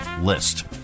list